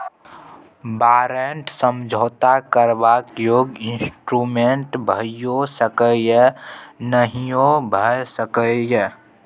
बारंट समझौता करबाक योग्य इंस्ट्रूमेंट भइयो सकै यै या नहियो भए सकै यै